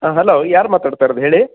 ಹಾಂ ಹಲೋ ಯಾರು ಮಾತಾಡ್ತಿರೋದು ಹೇಳಿ